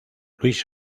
luis